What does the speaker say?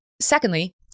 secondly